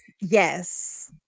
Yes